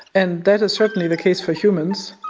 and that is certainly the case for humans.